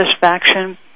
satisfaction